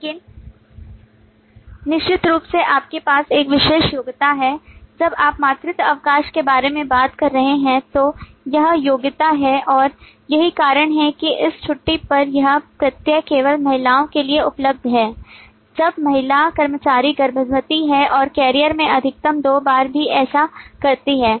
लेकिन निश्चित रूप से आपके पास एक विशेष योग्यता है जब आप मातृत्व अवकाश के बारे में बात कर रहे हैं तो यह योग्यता है और यही कारण है कि इस छुट्टी पर यह प्रत्यय केवल महिलाओं के लिए उपलब्ध है जब महिला कर्मचारी गर्भवती है और कैरियर में अधिकतम दो बार भी ऐसा करती है